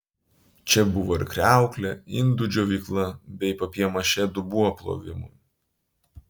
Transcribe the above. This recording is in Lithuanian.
čia buvo ir kriauklė indų džiovykla bei papjė mašė dubuo plovimui